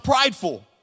prideful